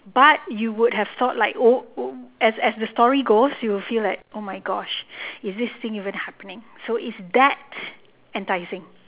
but you would have thought like oh as as the story goes you will feel like oh my gosh is this even happening so it's that enticing